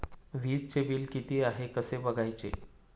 वीजचे बिल किती आहे कसे बघायचे?